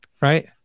Right